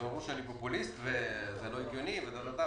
אמרו שאני פופוליסט וזה לא הגיוני וכן הלאה,